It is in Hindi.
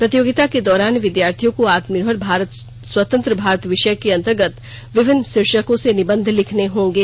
प्रतियोगिता के दौरान विद्यार्थियों को आत्मनिर्भर भारत स्वतंत्र भारत विषय के अंतर्गत विभिन्न शीर्षकों से निबंध लिखने होंगे